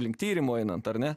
link tyrimo einant ar ne